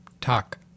talk